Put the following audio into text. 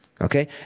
Okay